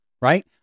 right